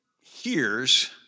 hears